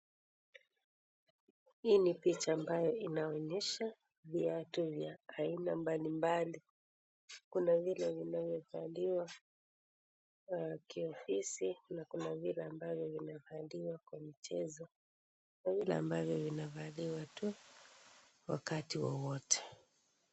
Hii ni picha ambayo inaonyesha viatu vya aina mbalimbali. Kuna vile vinavyovaliwa kiofisi na kuna vile ambavyo vinavaliwa kwa michezo, kuna vile ambavyo vinavaliwa tu wakati wowote.